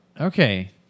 Okay